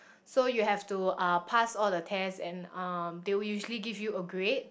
so you have to uh pass all the test and um they will usually give you a grade